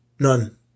None